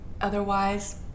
otherwise